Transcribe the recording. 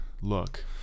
look